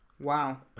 Wow